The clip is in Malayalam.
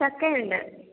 ചക്ക ഉണ്ട്